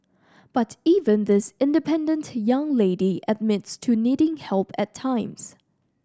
but even this independent young lady admits to needing help at times